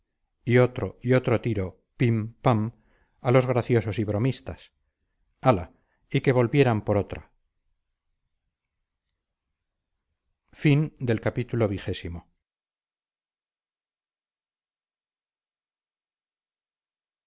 y otro y otro tiro pim pam a los graciosos y bromistas hala y que volvieran por otra